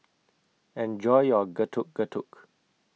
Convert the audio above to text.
Enjoy your Getuk Getuk